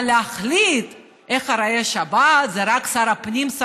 אבל להחליט איך תיראה השבת זה רק שר הפנים,